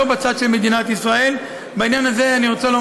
עיריית ג'נין מאוד מאוד מפגרות, ואנחנו